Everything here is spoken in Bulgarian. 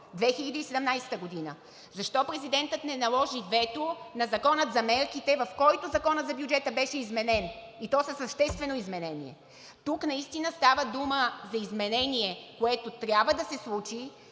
2017 г.? Защо президентът не наложи вето на Закона за мерките, в който Законът за бюджета беше изменен, и то със съществено изменение? Тук наистина става дума за изменение, което трябва да се случи